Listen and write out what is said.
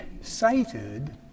cited